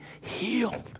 healed